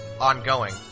ongoing